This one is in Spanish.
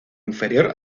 inferior